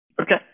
Okay